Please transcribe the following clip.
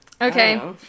Okay